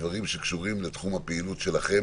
הדברים שקשורים לתחום הפעילות שלכם,